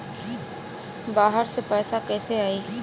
बाहर से पैसा कैसे आई?